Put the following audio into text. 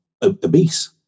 obese